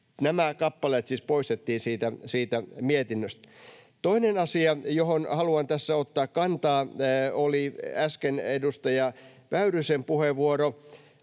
Nämä kappaleet siis poistettiin siitä mietinnöstä. Toinen asia, johon haluan tässä ottaa kantaa, oli äsken edustaja Väyrysen puheenvuoro.